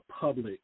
public